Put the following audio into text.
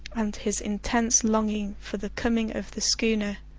and his intense longing for the coming of the schooner,